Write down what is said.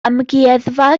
amgueddfa